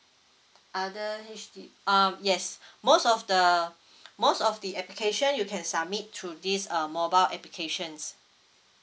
other H_D uh yes most of the most of the application you can submit through this uh mobile applications